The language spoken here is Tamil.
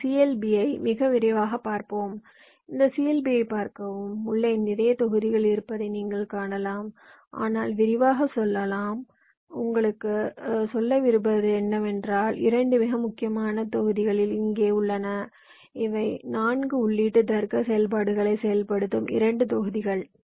இந்த CLB ஐ மிக விரைவாக பார்ப்போம் இந்த CLBயைப் பார்க்கவும் உள்ளே நிறைய தொகுதிகள் இருப்பதை நீங்கள் காணலாம் ஆனால் விரிவாகச் செல்லாமல் உங்களுக்குச் சொல்ல விரும்புவது என்னவென்றால் இரண்டு மிக முக்கியமான தொகுதிகள் இங்கே உள்ளன இவை 4 உள்ளீட்டு தர்க்க செயல்பாடுகளை செயல்படுத்தும் இரண்டு தொகுதிகள்